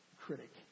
critic